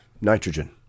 nitrogen